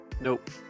Nope